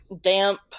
damp